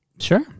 Sure